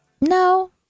No